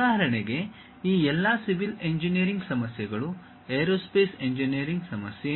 ಉದಾಹರಣೆಗೆ ಈ ಎಲ್ಲಾ ಸಿವಿಲ್ ಇಂಜಿನಿಯರಿಂಗ್ ಸಮಸ್ಯೆಗಳು ಏರೋಸ್ಪೇಸ್ ಇಂಜಿನಿಯರಿಂಗ್ ಸಮಸ್ಯೆ